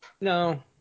No